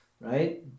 Right